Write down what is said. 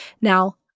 Now